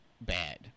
bad